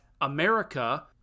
America